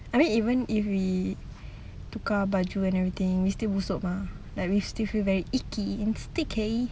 I mean even if we tukar baju and everything we still busuk mah like we still feel very icky and sticky